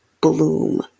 bloom